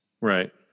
Right